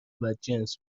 بدجنس